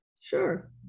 sure